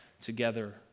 together